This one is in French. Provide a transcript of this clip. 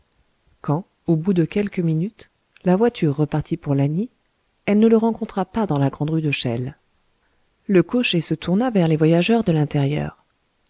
quand au bout de quelques minutes la voiture repartit pour lagny elle ne le rencontra pas dans la grande rue de chelles le cocher se tourna vers les voyageurs de l'intérieur